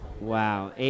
Wow